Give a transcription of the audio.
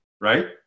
right